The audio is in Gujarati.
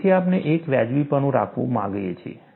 તેથી આપણે એક વાજબીપણું રાખવા માંગીએ છીએ